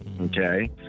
okay